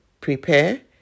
prepare